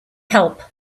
help